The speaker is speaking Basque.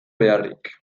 beharrik